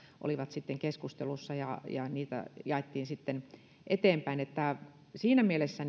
olivat sitten keskustelussa ja ja niitä jaettiin sitten eteenpäin niin että siinä mielessä